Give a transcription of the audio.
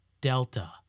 Delta